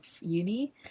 uni